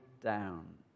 down